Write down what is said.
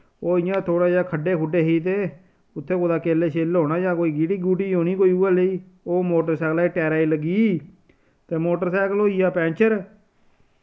ओह् इ'यां थोह्ड़ा जेआ खड्डे खुड्डे ही ते उत्थै कुतै किल्ल शिल होना जां कोई गीटी गुटी होनी कोई उ'यै लेई ओ ह् मोटरसैकला दे टैरा गी लग्गी गी ते मोटरसैकल होइया पैंचर